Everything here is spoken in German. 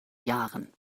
jahren